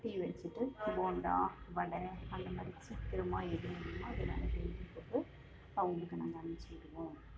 tea வச்சுட்டு போண்டா வடை அந்தமாதிரி சீக்கிரமாக எது முடியுமோ அதை நாங்கள் செஞ்சு போட்டு அவங்களுக்கு நாங்கள் அனுப்பிச்சி விடுவோம்